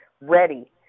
ready